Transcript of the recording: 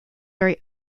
very